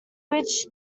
which